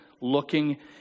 looking